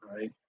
Right